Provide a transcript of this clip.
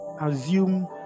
assume